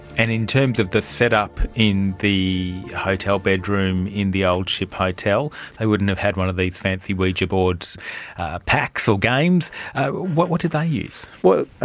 and in terms of the setup in the hotel bedroom in the old ship hotel, they wouldn't have had one of these fancy ouija board packs or games what what did they use? well,